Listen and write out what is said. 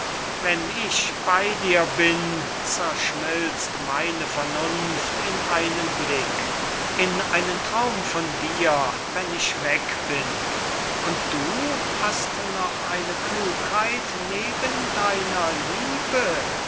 wenn ich bei dir bin zerschmilzt meine vernunft in einen blick in einen traum von dir wenn ich weg bin und du hast noch eine klugheit neben deiner liebe